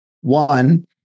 One